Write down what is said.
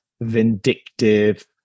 vindictive